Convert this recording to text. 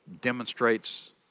demonstrates